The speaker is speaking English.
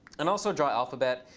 and also draw alphabet.